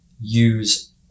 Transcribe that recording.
use